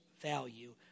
value